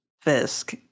Fisk